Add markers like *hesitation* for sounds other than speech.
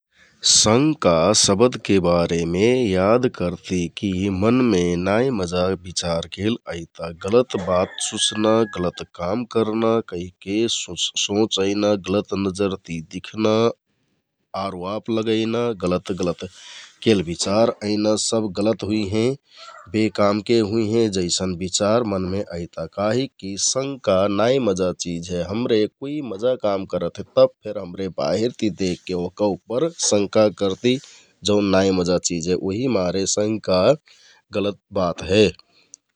शंका शबदके बारेमें याद करति की मनमे नाइ मजा बिचार केल ऐता, गलत *noise* बात सुँच्ना, गलत काम करना कहिके *hesitation* सोंच अइना, गलत नजर ति दिखना, आरवाप लगैना, गलत गलत केल बिचार ऐना । सब गलत हुइ हें *noise* बेकामके हुइ हें जैसन बिचार मनमे ऐता । काहिक की शंका नाइ मजा चिझ हे । हमरे कुइ मजा काम करत हे तब फेर हमरे बाहिरति देखके वहका उप्पर शंका करति जौन नाइ मजा चिझ हे उहि मारे शंका गलत बात हे ।